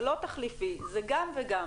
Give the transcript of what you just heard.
זה לא תחליפי, זה גם וגם.